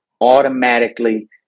automatically